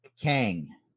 Kang